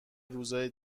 روزهای